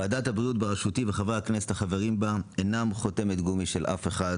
ועדת הבריאות בראשותי וחברי הכנסת החברים בה אינם חותמת גומי של אף אחד.